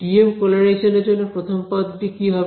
TM polarisation এর জন্য প্রথম পদটি কি হবে